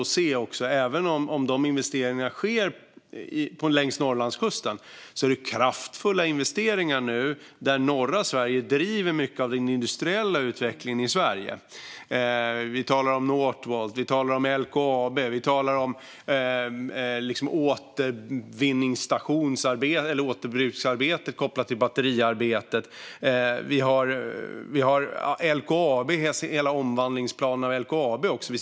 Dessa investeringar sker längs Norrlandskusten, men det är kraftfulla investeringar. Och norra Sverige driver mycket av den industriella utvecklingen i Sverige. Vi talar om Northvolt. Vi talar om LKAB. Vi talar om återbruksarbetet kopplat till batteriarbetet. Vi har LKAB:s hela omvandlingsplan vid sidan av Hybrit.